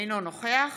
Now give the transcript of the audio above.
אינו נוכח